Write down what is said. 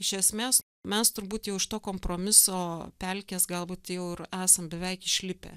iš esmės mes turbūt jau iš to kompromiso pelkės galbūt jau ir esam beveik išlipę